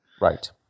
Right